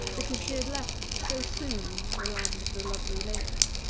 because she had left so soon the land of the lovely lakes,